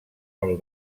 pel